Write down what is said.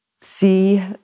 see